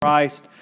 Christ